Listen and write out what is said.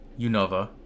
Unova